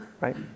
right